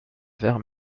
verres